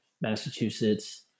Massachusetts